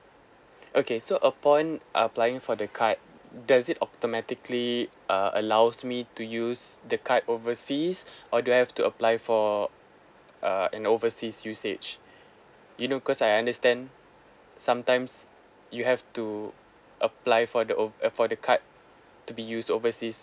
okay so upon applying for the card does it automatically uh allows me to use the card overseas or do I have to apply for uh an overseas usage you know cause I understand sometimes you have to apply for the ov~ uh for the card to be use overseas